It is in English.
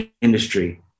industry